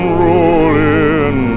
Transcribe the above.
rolling